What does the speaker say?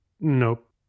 Nope